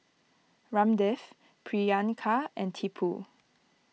Ramdev Priyanka and Tipu